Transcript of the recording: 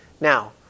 Now